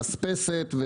אספסת,